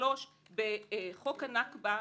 בחוק הנכבה,